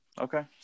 Okay